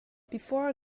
before